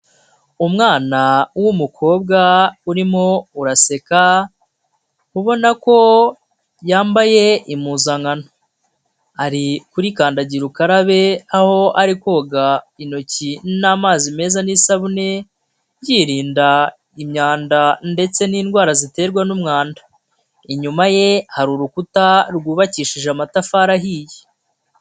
Umwana w'umukobwa urimo uraseka ubona ko yambaye impuzankano. Ari kuri kandagira ukarabe aho ari koga intoki n'amazi meza n'isabune, yirinda imyanda ndetse n'indwara ziterwa n'umwanda. Inyuma ye hari urukuta rwubakishije amatafari ahiye.